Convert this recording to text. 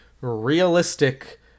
realistic